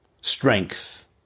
Strength